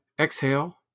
Exhale